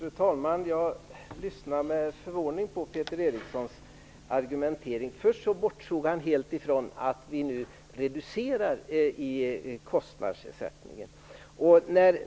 Fru talman! Jag lyssnar med förvåning på Peter Erikssons argumentering. Först bortsåg han helt från att vi nu reducerar kostnadsersättningen.